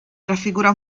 raffigura